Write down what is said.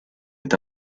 est